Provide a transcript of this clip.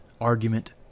argument